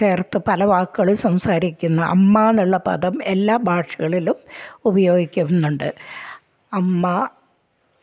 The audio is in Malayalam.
ചേർത്ത് പല വാക്കുകളും സംസാരിക്കുന്ന അമ്മ എന്നുള്ള പദം എല്ലാ ഭാഷകളിലും ഉപയോഗിക്കുന്നുണ്ട് അമ്മ